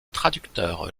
traducteur